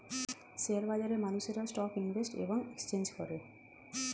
share বাজারে মানুষেরা stock invest এবং এক্সচেঞ্জ করে